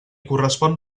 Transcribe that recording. correspon